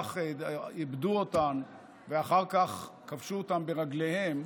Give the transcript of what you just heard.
עיבדו אותן ואחר כך כבשו אותן ברגליהם